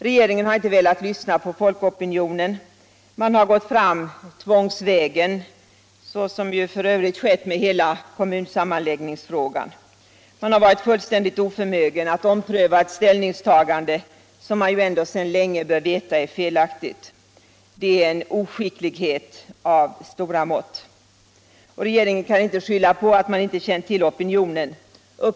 Regeringen har inte velat lyssna på folkopinionen utan har gått fram tvångsvägen såsom ju f.ö. skett med hela kommunsammanläggningsfrågan —- fullständigt oförmögen att ompröva ett ställningstagande, som man ju ändå sedan länge vet är felaktigt. Det är en oskicklighet av stora mått. Regeringen kan inte skylla på att den inte känt till opinionen.